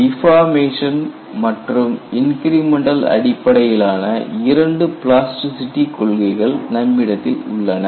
deformation மற்றும் incremental அடிப்படையிலான 2 plasticity கொள்கைகள் நம்மிடத்தில் உள்ளன